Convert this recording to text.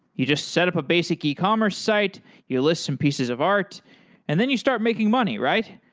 you just set up a basic e-commerce site, you list some pieces of art and then you start making money, right?